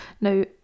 Now